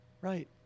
Right